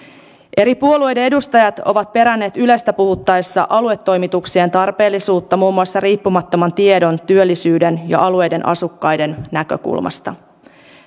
eri puolueiden edustajat ovat peränneet ylestä puhuttaessa aluetoimituksien tarpeellisuutta muun muassa riippumattoman tiedon työllisyyden ja alueiden asukkaiden näkökulmasta